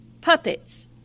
Puppets